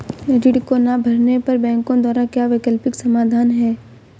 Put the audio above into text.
ऋण को ना भरने पर बैंकों द्वारा क्या वैकल्पिक समाधान हैं?